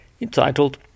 entitled